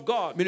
God